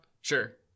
Sure